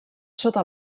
sota